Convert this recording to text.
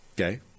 okay